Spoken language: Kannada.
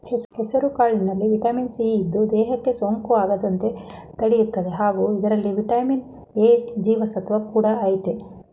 ಹೆಸುಕಾಳಿನಲ್ಲಿ ವಿಟಮಿನ್ ಸಿ ಇದ್ದು, ದೇಹಕ್ಕೆ ಸೋಂಕು ಆಗದಂತೆ ತಡಿತದೆ ಹಾಗೂ ಇದರಲ್ಲಿ ವಿಟಮಿನ್ ಎ ಜೀವಸತ್ವ ಕೂಡ ಆಯ್ತೆ